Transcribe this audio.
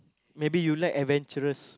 maybe you like adventurous